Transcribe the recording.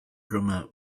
drummer